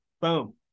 Boom